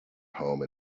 home